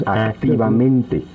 activamente